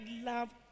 love